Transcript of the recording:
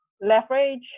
leverage